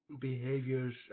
behaviors